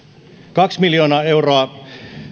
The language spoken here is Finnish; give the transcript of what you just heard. kaksi miljoonaa euroa